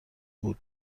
بود